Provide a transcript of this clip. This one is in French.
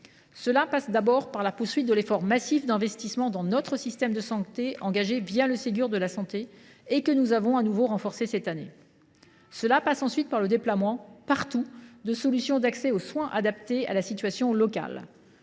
Cela passe tout d’abord par la poursuite de l’effort massif d’investissement dans notre système de santé, que nous avons engagé le Ségur de la santé et que nous avons de nouveau renforcé cette année. Cela passe ensuite par le déploiement, partout sur le territoire, de solutions d’accès aux soins adaptées à la situation locale.